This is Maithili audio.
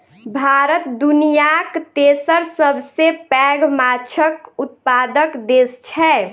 भारत दुनियाक तेसर सबसे पैघ माछक उत्पादक देस छै